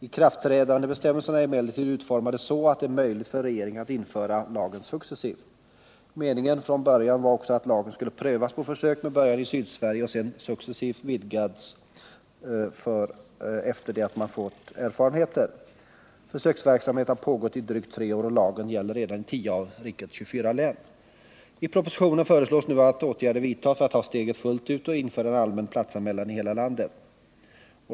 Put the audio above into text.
Ikraftträdandebestämmelserna har emellertid utformats så, att det är möjligt för regeringen att införa lagen successivt. Meningen var också från början att lagen skulle prövas på försök med början i Sydsverige och sedan successivt vidgas efter det att man fått erfarenheter. Försöksverksamheten har pågått i drygt tre år, och lagen gäller redan i 10 av rikets 24 län. I propositionen föreslås nu att åtgärder vidtas för att ta steget fullt ut och införa allmän platsanmälan i hela landet.